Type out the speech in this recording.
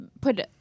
put